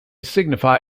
signify